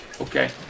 Okay